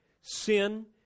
Sin